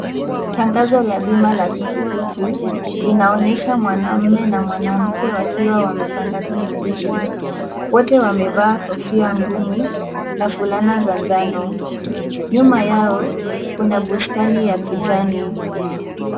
Tangazo la bima la pikipiki linaonyesha mwanamme na mwanamke wakiwa wamepanda pikipiki wote wamevaa kofia ngumu na vulana za njano. Nyuma yao kuna bustani ya kijani.